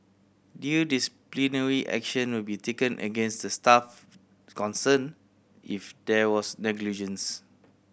due disciplinary action will be taken against the staff concerned if there was negligence